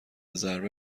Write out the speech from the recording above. ضربه